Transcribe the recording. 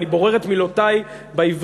אני בורר את מילותי בעברית,